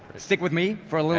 stick with me for a